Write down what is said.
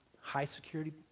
high-security